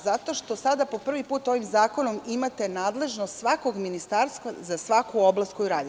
Zato što sada po prvi put ovim zakonom imate nadležnost svakog ministarstva za svaku oblast koju radi.